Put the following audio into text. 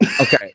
Okay